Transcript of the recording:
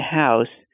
house